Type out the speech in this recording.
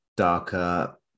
darker